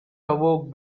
awoke